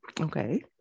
Okay